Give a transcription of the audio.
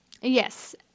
Yes